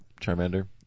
Charmander